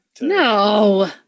No